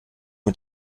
mit